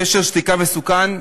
קשר שתיקה מסוכן,